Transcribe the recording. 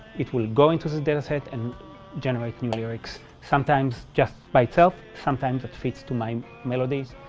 it will go into the dataset and generate new lyrics, sometimes just by itself, sometimes it fits to my melodies,